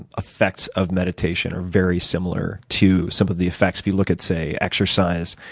effects of meditation are very similar to some of the effects if you look at, say, exercise.